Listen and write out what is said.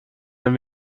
wenn